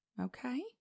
Okay